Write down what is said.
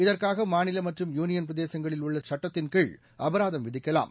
இதற்காக மாநில மற்றும் யூனியன்பிரதேசங்களில் உள்ள சட்டத்தின்கீழ் அபராதம் விதிக்கலாம்